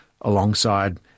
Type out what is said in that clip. alongside